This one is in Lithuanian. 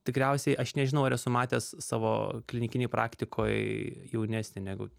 tikriausiai aš nežinau ar esu matęs savo klinikinėj praktikoj jaunesnį negu